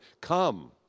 come